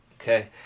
Okay